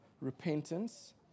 repentance